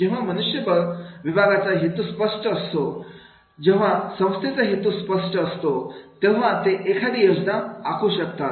जेव्हा मनुष्यबळ विभागाचा हेतू स्पष्ट असतो जेव्हा संस्थेचा हेतू स्पष्ट असतो तेव्हा ते एखादी योजना आखू शकतात